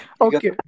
okay